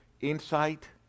insight